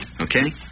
Okay